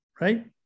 right